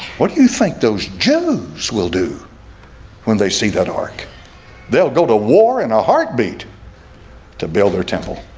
what do you think those jews will do when they see that ark they'll go to war in a heartbeat to build their temple